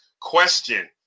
question